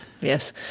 Yes